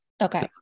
Okay